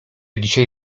dzisiaj